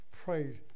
Praise